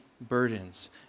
burdens